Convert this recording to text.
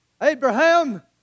Abraham